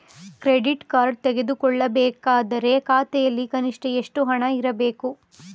Credit card ತೆಗೆದುಕೊಳ್ಳಬೇಕಾದರೆ ಖಾತೆಯಲ್ಲಿ ಕನಿಷ್ಠ ಎಷ್ಟು ಹಣ ಇರಬೇಕು?